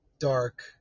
dark